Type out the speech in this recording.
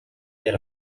дээр